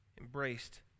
embraced